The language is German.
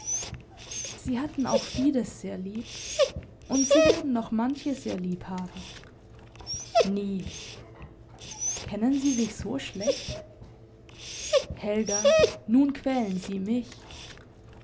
sie hatten auch fides sehr lieb und sie werden noch manche sehr lieb haben nie kennen sie sich so schlecht helga nun quälen sie mich